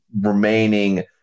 remaining